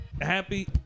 Happy